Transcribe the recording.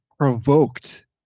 provoked